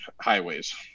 highways